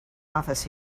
office